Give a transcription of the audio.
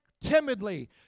timidly